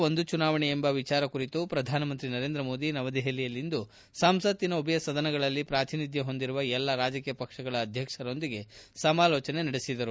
ಒಂದು ಚುನಾವಣೆ ಎಂಬ ವಿಚಾರ ಕುರಿತು ಪ್ರಧಾನಮಂತ್ರಿ ನರೇಂದ್ರ ಮೋದಿ ನವದೆಹಲಿಯಲ್ಲಿಂದು ಸಂಸತ್ತಿನ ಉಭಯ ಸದನಗಳಲ್ಲಿ ಪ್ರಾತಿನಿಧ್ಯ ಹೊಂದಿರುವ ಎಲ್ಲ ರಾಜಕೀಯ ಪಕ್ಷಗಳ ಅಧ್ಯಕ್ಷರೊಂದಿಗೆ ಸಮಾಲೋಚನೆ ನಡೆಸಿದರು